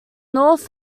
north